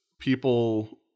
people